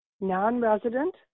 non-resident